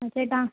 ആ ചേട്ടാ